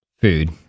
food